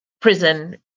prison